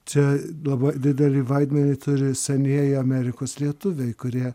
čia laba didelį vaidmenį turi senieji amerikos lietuviai kurie